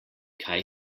kaj